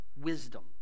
wisdom